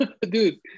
Dude